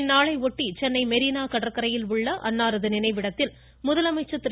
இந்நாளையொட்டி சென்னை மெரீனா கடற்கரையில் உள்ள அன்னாரது நினைவிடத்தில் முதலமைச்சர் திரு